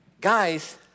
Guys